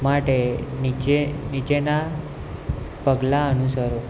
માટે નીચેનાં પગલાં અનુસરો